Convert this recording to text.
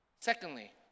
secondly